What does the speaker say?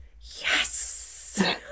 yes